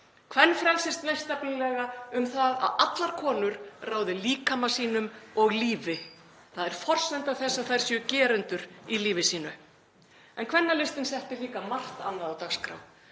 Kvenfrelsi snýst nefnilega um það að allar konur ráði líkama sínum og lífi. Það er forsenda þess að þær séu gerendur í lífi sínu. En Kvennalistinn setti líka margt annað á dagskrá,